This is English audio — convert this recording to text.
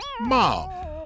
Mom